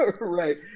Right